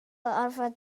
orfod